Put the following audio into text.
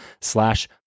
slash